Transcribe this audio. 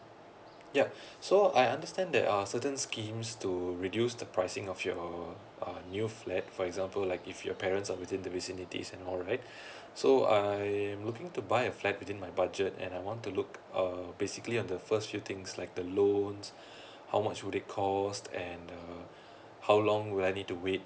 ya so I understand there are certain schemes to reduce the pricing of your uh new flat for example like if your parents are within the vicinities and all right so I'm looking to buy a flat within my budget and I want to look uh basically on the first few things like the loans how much will they cost and uh how long will I need to wait